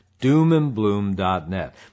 doomandbloom.net